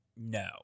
no